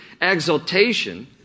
Exaltation